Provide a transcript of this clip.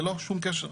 ללא שום קשר.